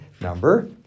number